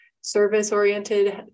service-oriented